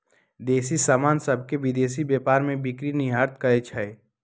देसी समान सभके विदेशी व्यापार में बिक्री निर्यात कहाइ छै